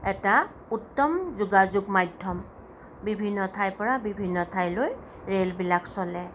এটা উত্তম যোগাযোগ মাধ্যম বিভিন্ন ঠাইৰ পৰা বিভিন্ন ঠাইলৈ ৰেলবিলাক চলে